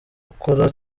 ukora